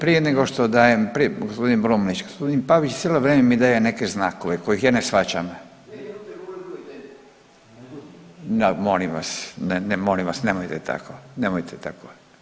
Prije, prije nego što dajem, prije gospodin Brumnić, gospodin Pavić cijelo vrijeme mi daje neke znakove kojih ja ne shvaćam, da molim vas, molim vas nemojte tako, nemojte tako.